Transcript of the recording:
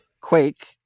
Quake